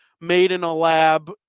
made-in-a-lab